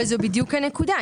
אבל זו בדיוק הנקודה,